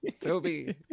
Toby